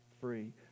free